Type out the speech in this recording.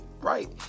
Right